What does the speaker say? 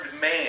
man